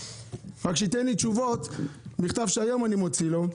רק שייתן לי תשובות בכתב שהיום אני מוציא לו.